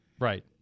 Right